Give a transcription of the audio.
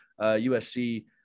USC